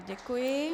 Děkuji.